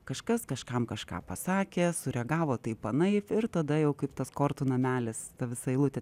kažkas kažkam kažką pasakė sureagavo taip anaip ir tada jau kaip tas kortų namelis ta visa eilutė